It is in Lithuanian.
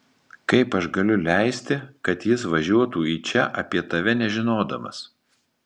kaip aš galiu leisti kad jis važiuotų į čia apie tave nežinodamas